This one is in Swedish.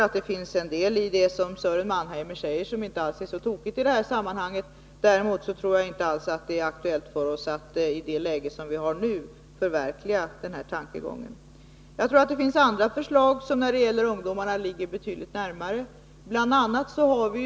Det finns en del i det som Sören Mannheimer säger som inte alls är så tokigt i det här sammanhanget. Däremot tror jag inte alls att det är aktuellt för oss att i det läge vi har nu förverkliga denna tankegång. Det finns andra förslag som, när det gäller ungdomarna, ligger betydligt närmare till hands. Bl.